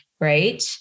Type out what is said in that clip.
right